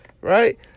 right